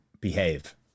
behave